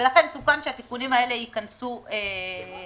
ולכן סוכם שהתיקונים האלה ייכנסו בנפרד.